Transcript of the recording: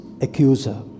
accuser